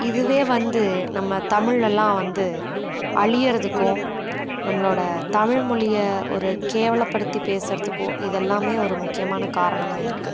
இதுவே வந்து நம்ம தமிழ்லெல்லாம் வந்து அழிகிறதுக்கும் நம்மளோடய தமிழ்மொழியை ஒரு கேவலப்படுத்தி பேசுறதுக்கும் இதெல்லாமே ஒரு முக்கியமான காரணமாக இருக்குது